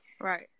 right